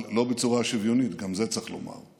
אבל לא בצורה שוויונית, ואת גם זה צריך לומר.